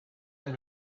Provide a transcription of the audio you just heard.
and